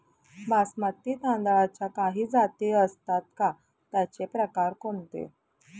बासमती तांदळाच्या काही जाती असतात का, त्याचे प्रकार कोणते?